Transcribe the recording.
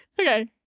Okay